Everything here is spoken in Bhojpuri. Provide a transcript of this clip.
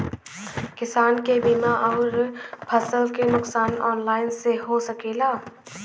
किसान के बीमा अउर फसल के नुकसान ऑनलाइन से हो सकेला?